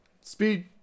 speed